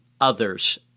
others